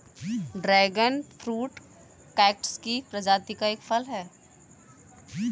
dragon fruit cactus की प्रजाति का एक फल है